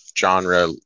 genre